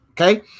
Okay